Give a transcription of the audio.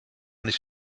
nicht